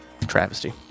travesty